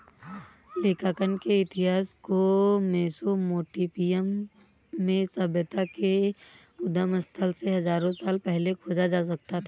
लेखांकन के इतिहास को मेसोपोटामिया में सभ्यता के उद्गम स्थल से हजारों साल पहले खोजा जा सकता हैं